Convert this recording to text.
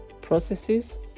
processes